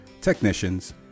technicians